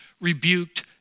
rebuked